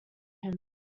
him